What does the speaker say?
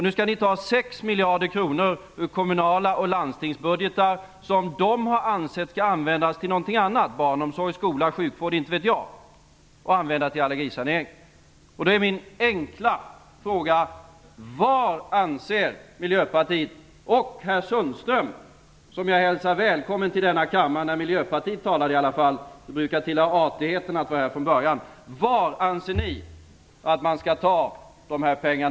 Nu skall ni ta 6 miljarder kronor ur kommunala budgetar och landstingsbudgetar som man där har ansett skall användas till någonting annat, t.ex. barnomsorg, skola, sjukvård - inte vet jag - och använda till allergisanering. Min enkla fråga är: Var anser Miljöpartiet och herr Sundström, som jag hälsar välkommen till denna kammare - det brukar tillhöra artigheten att vara här från början - att man skall ta dessa pengar?